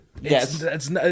yes